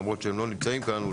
למרות שהם לא נמצאים כאן.